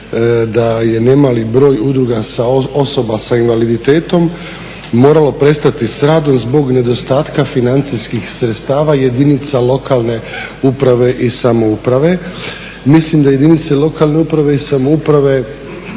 da je nemali broj udruga osoba s invaliditetom moralo prestati s radom zbog nedostatka financijskih sredstava jedinice lokalne uprave i samouprave. Mislim da jedinice lokalne i uprave samouprave